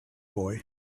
boy